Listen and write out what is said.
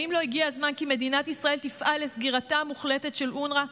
האם לא הגיע הזמן כי מדינת ישראל תפעל לסגירתה המוחלטת של אונר"א?